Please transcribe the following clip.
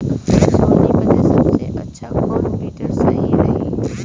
सोहनी बदे सबसे अच्छा कौन वीडर सही रही?